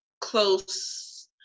close